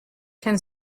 can